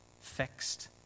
fixed